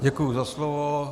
Děkuji za slovo.